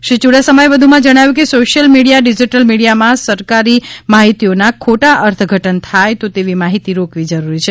શ્રી યુડાસમાએ વધુમાં જણાવ્યું છે કે સોશિયલ મીડીયા ડિજીટલ મીડીયમાં સરકારી માહિતીઓના ખોટા અર્થઘટન થાય તો તેવી માહિતી રોકવી જરૂરી છે